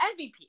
MVP